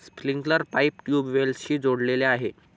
sprinkler pipe ट्यूबवेल्सशी जोडलेले आहे